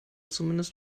zumindest